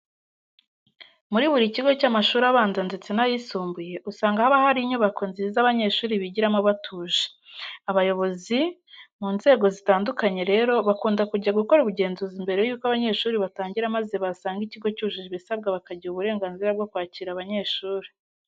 Muri buri kigo cy'amashuri abanza ndetse n'ayisumbuye, usanga haba hari inyubako nziza abanyeshuri bigiramo batuje. Abayobozi mu nzego zitandukanye rero, bakunda kujya gukora ubugenzuzi mbere yuko abanyeshuri batangira maze basanga ikigo cyujuje ibisabwa bakagiha uburenganzira bwo kwakira abanyeshuri.